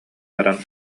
баран